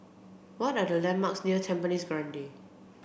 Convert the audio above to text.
what are the landmarks near Tampines Grande